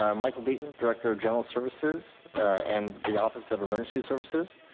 um michael beaton, director of general services and the office of emergency services.